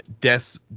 death's